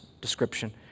description